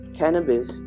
cannabis